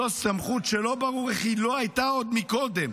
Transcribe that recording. זו סמכות שלא ברור איך היא לא הייתה עוד קודם.